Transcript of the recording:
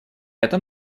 этом